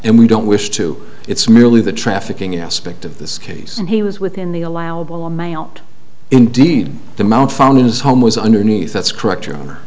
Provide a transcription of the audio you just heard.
and we don't wish to it's merely the trafficking aspect of this case and he was within the allowable on my out indeed the amount found in his home was underneath that's correct your honor